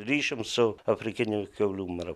ryšiam su afrikiniu kiaulių maru